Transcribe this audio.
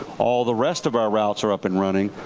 all the rest of our routes are up and running.